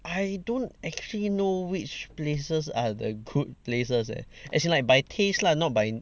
I don't actually know which places are the good places leh as in like by taste lah not by